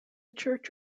church